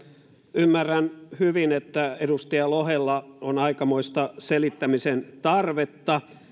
ymmärrän hyvin että edustaja lohella on aikamoista selittämisen tarvetta